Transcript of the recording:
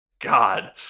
God